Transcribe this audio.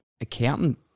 accountant